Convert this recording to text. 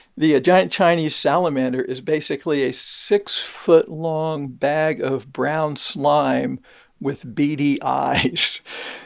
the giant chinese salamander is basically a six foot long bag of brown slime with beady eyes.